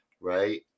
right